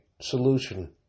solution